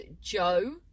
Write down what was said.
Joe